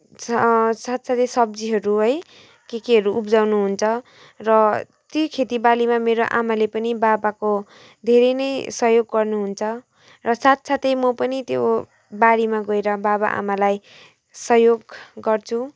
छ साथसाथै सब्जीहरू है के केहरू उब्जाउनु हुन्छ र त्यही खेतीबालीमा मेरो आमाले पनि बाबाको धेरै नै सहयोग गर्नुहुन्छ र साथसाथै म पनि त्यो बारीमा गएर बाबा आमालाई सहयोग गर्छु